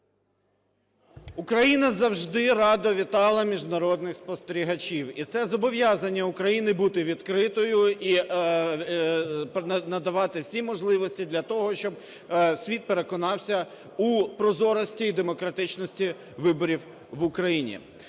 Україна завжди радо вітала міжнародних спостерігачів, і це зобов'язання України - бути відкритою і надавати всі можливості для того, щоб світ переконався у прозорості і демократичності виборів в Україні.